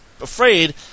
afraid